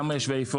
כמה יש ואיפה.